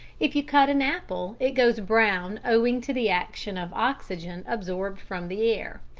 if you cut an apple it goes brown owing to the action of oxygen absorbed from the air,